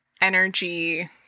energy